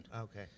okay